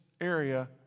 area